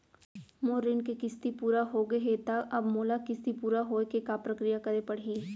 मोर ऋण के किस्ती पूरा होगे हे ता अब मोला किस्ती पूरा होए के का प्रक्रिया करे पड़ही?